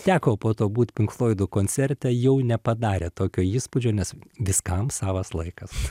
teko po to būt pink floidų koncerte jau nepadarė tokio įspūdžio nes viskam savas laikas